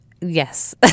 Yes